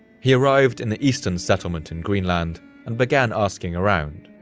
he arrived in the eastern settlement in greenland and began asking around,